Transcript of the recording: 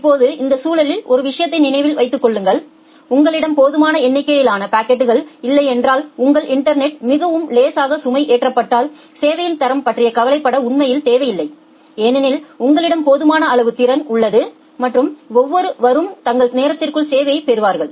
இப்போது இந்த சூழலில் ஒரு விஷயத்தை நினைவில் வைத்துக் கொள்ளுங்கள் உங்களிடம் போதுமான எண்ணிக்கையிலான பாக்கெட்கள் இல்லையென்றால் உங்கள் இன்டர்நெட்டில் மிகவும் லேசாக சுமை ஏற்றப்பட்டால் சேவையின் தரம் பற்றிய கவலை பட உண்மையில் தேவையில்லை ஏனெனில் உங்களிடம் போதுமான அளவு திறன் உள்ளது மற்றும் ஒவ்வொருவரும் தங்கள் நேரத்திற்குள் சேவையை பெறுவார்கள்